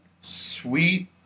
Sweet